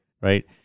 Right